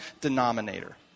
denominator